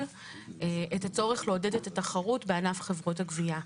את הצורך לעודד את התחרות בענף חברות הגבייה.